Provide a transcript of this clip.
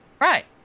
Right